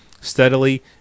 steadily